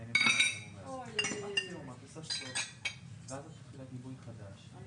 'ואפשר לכלול בו', מה